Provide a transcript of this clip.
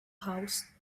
house